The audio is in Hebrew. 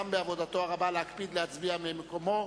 גם בעבודתו הרבה, להקפיד להצביע ממקומו.